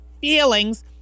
feelings